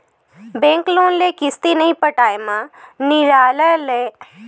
bank loan के किस्ती नइ पटाए म नियालय के नोटिस म बरोबर पूरा पइसा पटाय के समे ह उल्लेख रहिथे